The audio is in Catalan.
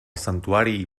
santuari